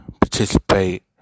participate